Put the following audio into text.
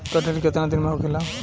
कटनी केतना दिन में होखेला?